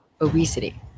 obesity